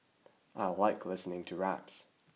I like listening to raps